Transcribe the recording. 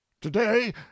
Today